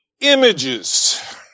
images